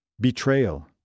betrayal